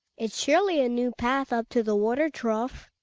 it's surely a new path up to the water trough.